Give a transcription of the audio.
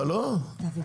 נכון?